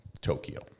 Tokyo